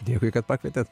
dėkui kad pakvietėt